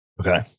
Okay